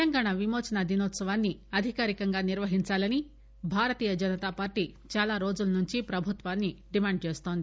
తెలంగాణ విమోచన దినోత్సవాన్ని అధికారికంగా నిర్వహించాలని భారతీయ జనతాపార్టీ చాలా రోజుల నుండి ప్రభుత్వాన్ని డిమాండ్ చేస్తోంది